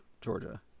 georgia